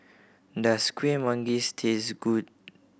does Kueh Manggis taste good